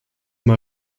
mal